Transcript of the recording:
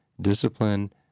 discipline